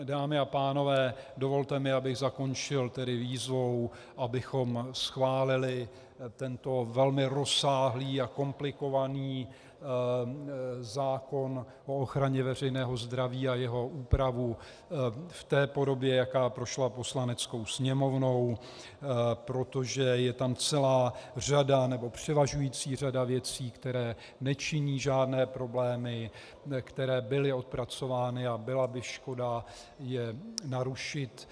Dámy a pánové, dovolte mi, abych zakončil výzvou, abychom schválili tento velmi rozsáhlý a komplikovaný zákon o ochraně veřejného zdraví a jeho úpravu v té podobě, jaká prošla Poslaneckou sněmovnou, protože je tam celá řada, nebo převažující řada věcí, které nečiní žádné problémy, které byly odpracovány, a byla by škoda je narušit.